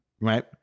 right